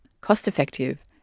cost-effective